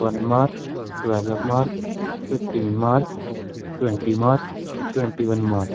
one March twelve March fifteen March twenty March twenty one March